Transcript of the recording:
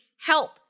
help